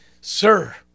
sir